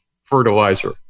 fertilizer